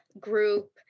group